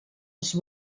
les